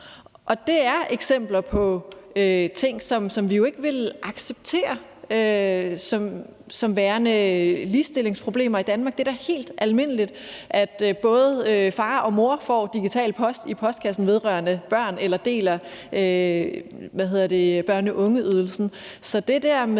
Det er eksempler på ting, som vi jo ikke vil acceptere som værende ligestillingsproblemer i Danmark. Det er da helt almindeligt, at både far og mor får digital post i vedrørende børn, eller at de deler børne- og ungeydelsen.